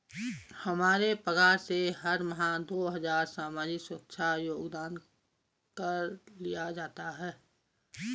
हमारे पगार से हर माह दो हजार सामाजिक सुरक्षा योगदान कर लिया जाता है